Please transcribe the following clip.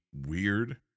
weird